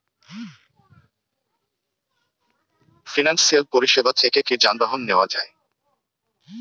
Financial পরিসেবা থেকে কি যানবাহন নেওয়া যায়?